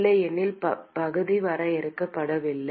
இல்லையெனில் பகுதி வரையறுக்கப்படவில்லை